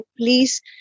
Please